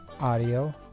Audio